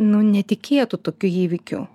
nu netikėtų tokių įvykių